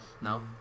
No